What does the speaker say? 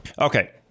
Okay